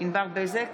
ענבר בזק,